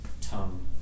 tongue